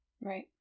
Right